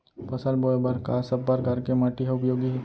फसल बोए बर का सब परकार के माटी हा उपयोगी हे?